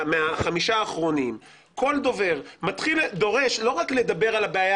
מהחמישה האחרונים דורש לא רק לדבר על הבעיה